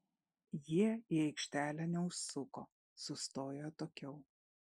jie į aikštelę neužsuko sustojo atokiau